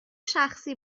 شخصی